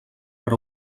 per